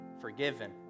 forgiven